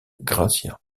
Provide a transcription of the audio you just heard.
garcía